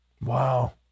Wow